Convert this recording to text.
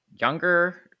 younger